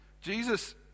Jesus